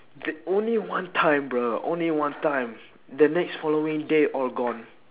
the only one time bro only one time the next following day all gone